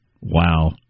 Wow